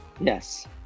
Yes